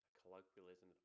colloquialism